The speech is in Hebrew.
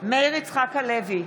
מאיר יצחק הלוי,